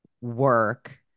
work